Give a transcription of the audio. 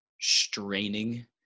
straining